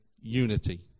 unity